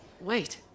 Wait